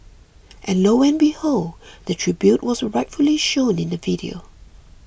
and lo and behold the tribute was rightfully shown in the video